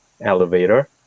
elevator